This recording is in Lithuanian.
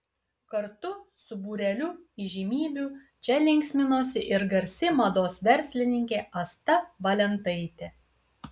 kartu su būreliu įžymybių čia linksminosi ir garsi mados verslininkė asta valentaitė